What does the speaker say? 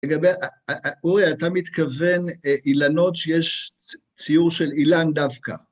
לגבי... אורי, אתה מתכוון אילנות שיש ציור של אילן דווקא.